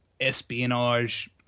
espionage